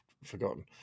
forgotten